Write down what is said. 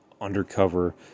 undercover